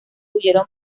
huyeron